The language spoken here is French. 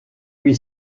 lui